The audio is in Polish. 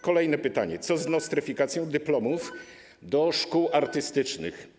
Kolejne pytanie: Co z nostryfikacją dyplomów odnośnie do szkół artystycznych?